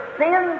sin